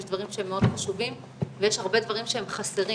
יש דברים שהם מאוד חשובים ויש הרבה דברים שהם חסרים